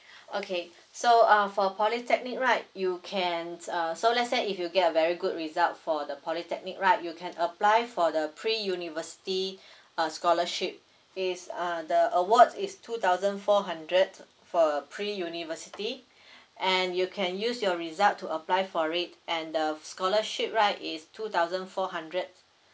okay so uh for polytechnic right you can uh so let's say if you get a very good result for the polytechnic right you can apply for the pre university uh scholarship is uh the awards is two thousand four hundred for uh pre university and you can use your result to apply for it and the scholarship right is two thousand four hundred